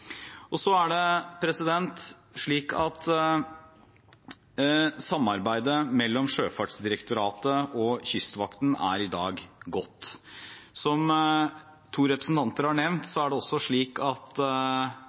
Så er det slik at samarbeidet mellom Sjøfartsdirektoratet og Kystvakten i dag er godt. Som to representanter har nevnt, er det også slik at